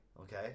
Okay